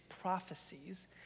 prophecies